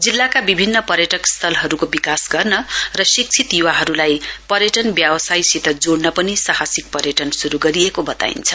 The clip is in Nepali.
जिल्लाका विभिन्न पर्यटक स्थलहरूको विकास गर्न र शिक्षित युवाहरूलाई पर्यटन व्यावसायसित जोइन पनि साहसिक पर्यटन श्रु गरिएको बताइन्छ